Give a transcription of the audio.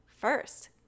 first